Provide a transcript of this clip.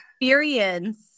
experience